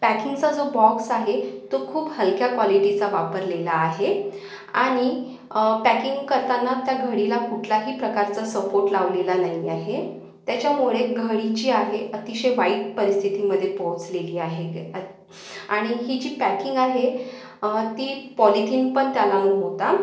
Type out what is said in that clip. पॅकिंगचा जो बॉक्स आहे तो खूप हलक्या क्वॉलिटीचा वापरलेला आहे आणि पॅकिंग करताना त्या घडीला कुठलाही प्रकारचा सपोट लावलेला नाही आहे त्याच्यामुळे घडी जी आहे अतिशय वाईट परिस्थितीमधे पोचलेली आहे अत् आणि हिची पॅकिंग आहे ती पॉलिथिनपण त्याला नव्हता